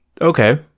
Okay